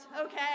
okay